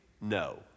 No